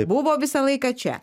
buvo visą laiką čia